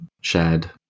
shared